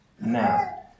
now